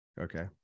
okay